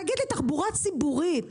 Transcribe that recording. תחבורה ציבורית